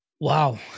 Wow